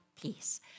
peace